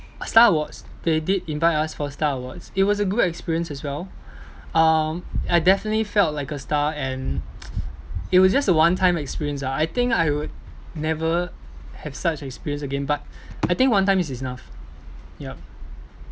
star awards they did invite us for star awards it was a good experience as well um I definitely felt like a star and it was just a one-time experience ah I think I would never have such experience again but I think one time is enough yup